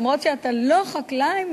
למרות שאתה לא חקלאי,